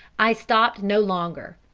i stopped no longer.